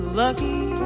lucky